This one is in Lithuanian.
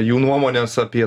jų nuomonės apie